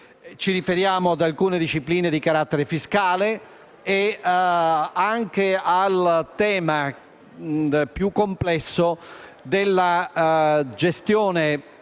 ci riferiamo ad alcune discipline di carattere fiscale e anche al tema più complesso della gestione